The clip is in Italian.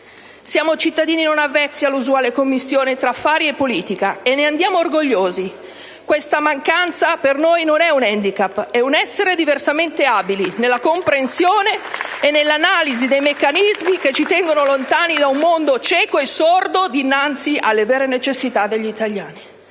Siamo cittadini non avvezzi all'usuale commistione tra affari e politica, e ne andiamo orgogliosi. Questa mancanza per noi non è un *handicap*, è un essere diversamente abili *(Applausi dal Gruppo M5S)* nella comprensione e nell'analisi dei meccanismi che ci tengono lontani da un mondo cieco e sordo dinanzi alle vere necessità degli italiani.